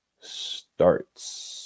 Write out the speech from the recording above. starts